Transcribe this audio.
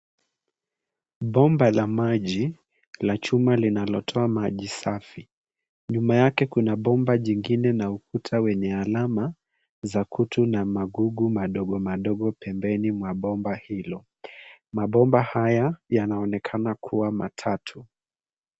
Bomba la maji la chuma linalotoa maji safi. Nyuma yake kuna bomba jingine na ukuta wenye alama za kutu na magugu madogo madogo pembeni mwa bomba hilo. Mabomba haya yanaonekana kuwa matatu.